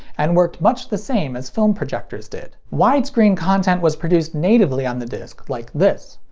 and worked much the same as film projectors did. widescreen content was produced natively on the disc like this.